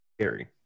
scary